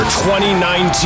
2019